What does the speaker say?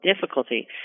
difficulty